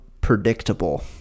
predictable